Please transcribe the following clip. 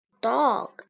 dog